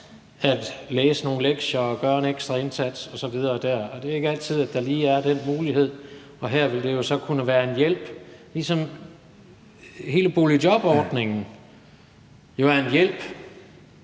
at læse nogle lektier og gøre en ekstra indsats osv. dér. Og det er ikke altid, at der lige er den mulighed, og her vil dette så kunne være en hjælp, ligesom hele boligjobordningen jo er en hjælp